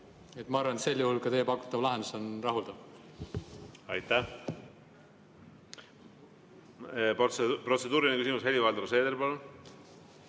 Ma arvan, et sel juhul ka teie pakutav lahendus on rahuldav. Aitäh! Protseduuriline küsimus, Helir-Valdor Seeder,